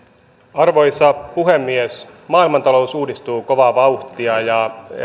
arvoisa puhemies maailmantalous uudistuu kovaa vauhtia ja